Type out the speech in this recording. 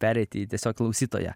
pereiti į tiesiog klausytoją